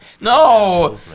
no